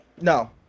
No